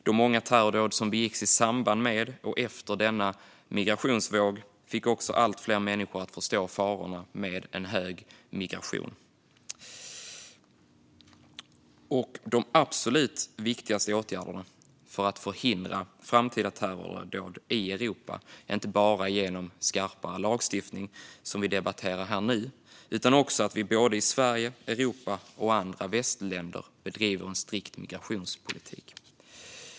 De många terrordåd som begicks i samband med och efter denna migrationsvåg fick också allt fler människor att förstå farorna med hög migration. Till de absolut viktigaste åtgärderna för att förhindra framtida terrordåd i Europa hör inte bara skarpare lagstiftning, som den vi debatterar här och nu, utan också att vi i Sverige, Europa och andra västländer bedriver en strikt migrationspolitik.